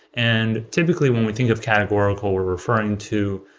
and typically when we think of categorical, we're referring to